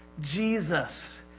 Jesus